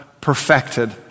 perfected